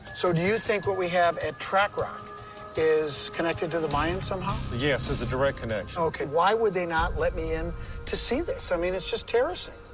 so do you think what we have at track rock is connected to the mayans somehow? yes, there's a direct connection. okay, why would they not let me in to see this? i mean, it's just terracing.